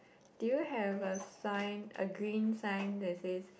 do you have a sign a green sign that says